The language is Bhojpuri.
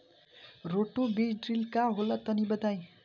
रोटो बीज ड्रिल का होला तनि बताई?